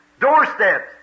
doorsteps